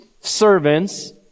servants